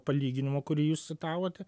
palyginimo kurį jūs citavote